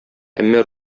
әмма